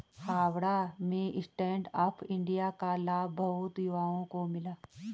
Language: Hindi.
हावड़ा में स्टैंड अप इंडिया का लाभ बहुत युवाओं को मिला